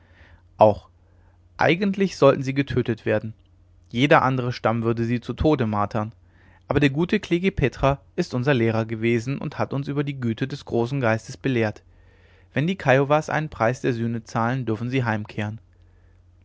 auch eigentlich sollten sie getötet werden jeder andere stamm würde sie zu tode martern aber der gute klekih petra ist unser lehrer gewesen und hat uns über die güte des großen geistes belehrt wenn die kiowas einen preis der sühne zahlen dürfen sie heimkehren